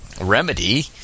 remedy